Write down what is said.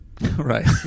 right